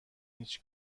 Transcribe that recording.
هیچ